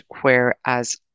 whereas